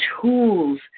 tools